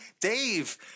Dave